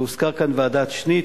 הוזכרה כאן ועדת-שניט,